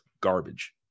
garbage